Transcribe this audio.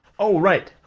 oh, right!